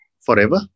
forever